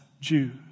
Jews